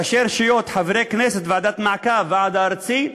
ראשי רשויות, חברי כנסת, ועדת המעקב, הוועד הארצי,